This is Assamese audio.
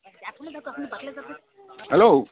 হেল্ল'